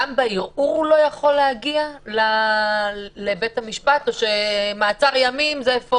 גם בערעור הוא לא יכול להגיע לבית המשפט או שמעצר ימים זה forever